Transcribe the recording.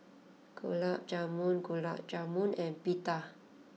Gulab Jamun Gulab Jamun and Pita